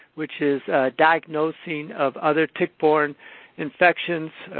which is diagnosing of other tick-born infections,